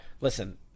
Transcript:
listen